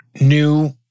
new